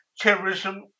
Terrorism